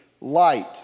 light